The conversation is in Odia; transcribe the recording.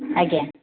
ଆଜ୍ଞା